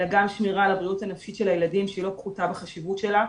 אלא גם שמירה על הבריאות הנפשית של הילדים שהיא לא פחותה בחשיבות שלה.